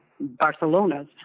Barcelona's